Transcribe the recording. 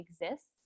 exists